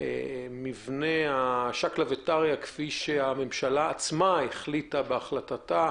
למבנה השקלא וטריא כפי שהממשלה עצמה החליטה בהחלטתה,